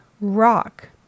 rock